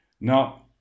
Now